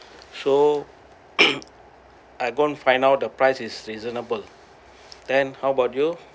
so I gone find out the price is reasonable then how about you